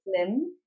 slim